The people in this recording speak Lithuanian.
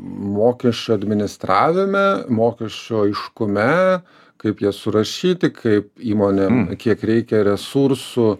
mokesčių administravime mokesčių aiškume kaip jie surašyti kaip įmonėm kiek reikia resursų